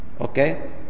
Okay